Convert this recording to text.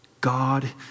God